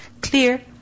clear